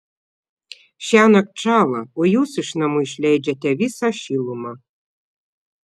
šiąnakt šąla o jūs iš namų išleidžiate visą šilumą